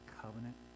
covenant